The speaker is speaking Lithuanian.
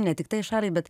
ne tik tai šaliai bet